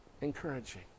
encouraging